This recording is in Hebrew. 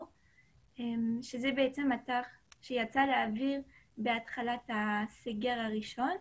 שזה בעצם אתר שיצא לאוויר בהתחלת הגל הראשון.